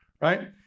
right